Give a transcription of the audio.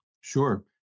Sure